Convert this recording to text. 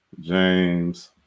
James